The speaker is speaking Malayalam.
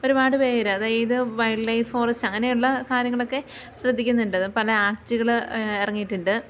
ഒരുപാട് പേര് അതായത് വൈൽഡ് ലൈഫ് ഫോറസ്റ്റ് അങ്ങനെയുള്ള കാര്യങ്ങളൊക്കെ ശ്രദ്ധിക്കുന്നുണ്ട് പല ആക്റ്റുകൾ ഇറങ്ങിയിട്ടുണ്ട്